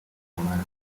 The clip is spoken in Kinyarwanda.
kamara